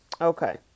Okay